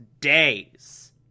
Days